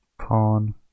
Pawn